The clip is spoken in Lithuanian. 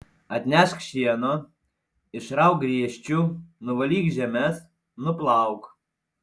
atnešk šieno išrauk griežčių nuvalyk žemes nuplauk